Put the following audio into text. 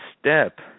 step